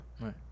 Right